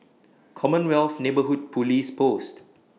Commonwealth Neighbourhood Police Post